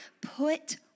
Put